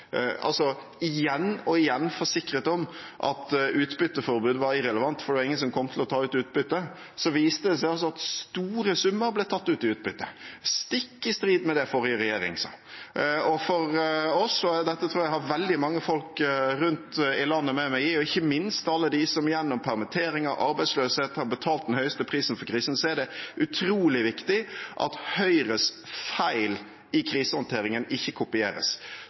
igjen forsikret om at utbytteforbud var irrelevant, for det var ingen som kom til å ta ut utbytte, viste det seg at store summer ble tatt ut i utbytte – stikk i strid med det den forrige regjeringen sa. For oss – og dette tror jeg at jeg har veldig mange folk rundt omkring i landet med meg på, ikke minst alle dem som gjennom permitteringer og arbeidsløshet har betalt den høyeste prisen for krisen – er det utrolig viktig at Høyres feil i krisehåndteringen ikke kopieres.